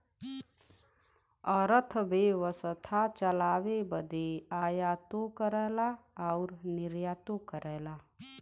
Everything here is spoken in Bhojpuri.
अरथबेवसथा चलाए बदे आयातो करला अउर निर्यातो करला